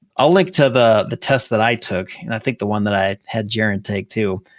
i'll link to the the test that i took, and i think the one that i had jaren take too.